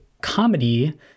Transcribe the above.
comedy